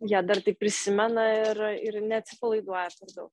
jie dar tai prisimena ir ir neatsipalaiduoja per dau